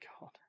God